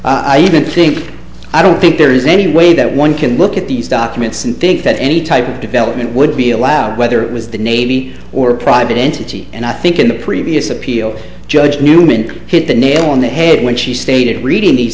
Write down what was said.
together i even think i don't think there is any way that one can look at these documents and think that any type of development would be allowed whether it was the navy or private entity and i think in the previous appeal judge newman hit the nail on the head when she stated reading these